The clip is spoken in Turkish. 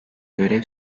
görev